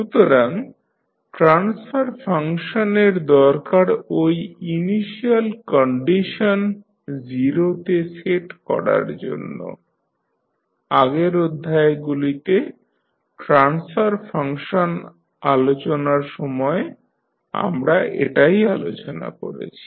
সুতরাং ট্রান্সফার ফাংশনের দরকার ঐ ইনিশিয়াল কন্ডিশন 0 তে সেট করার জন্য আগের অধ্যায়গুলিতে ট্রান্সফার ফাংশন আলোচনার সময় আমরা এটাই আলোচনা করেছি